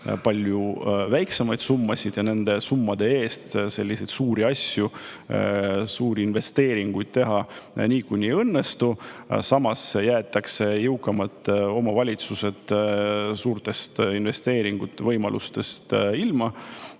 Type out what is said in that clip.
palju väiksemaid summasid, ja nende summade eest suuri asju, suuri investeeringuid teha niikuinii ei õnnestu –, samas jäetakse jõukamad omavalitsused suurte investeeringute võimalustest ilma,